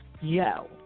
Yo